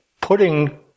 putting